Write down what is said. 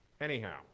Anyhow